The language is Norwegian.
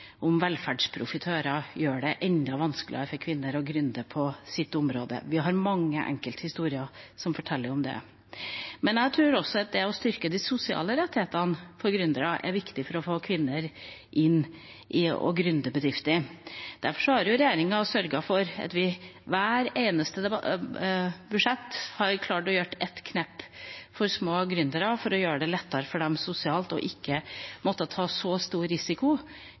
om velferdsprofitører gjør det enda vanskeligere for kvinner å være gründere på sitt område. Vi har mange enkelthistorier som forteller om det. Men jeg tror også at å styrke de sosiale rettighetene for gründerne er viktig for å få kvinner til å «gründe» bedrifter. Derfor har regjeringa sørget for at vi i hvert eneste budsjett har klart å gjøre ett knepp for små gründere for å gjøre det lettere for dem sosialt, slik at de ikke måtte ta så stor risiko